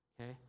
okay